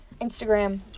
Instagram